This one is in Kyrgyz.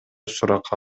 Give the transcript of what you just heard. суракка